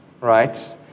right